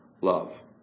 love